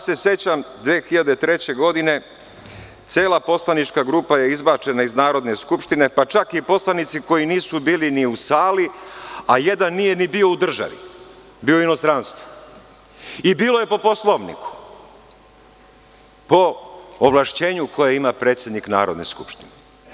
Sećam se 2003. godine, cela poslanička grupa je izbačena iz Narodne skupštine, pa čak i poslanici koji nisu bili ni u sali, a jedan nije ni bio u državi, bio je u inostranstvu i bilo je po Poslovniku, po ovlašćenju koje ima predsednik Narodne skupštine.